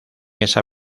esa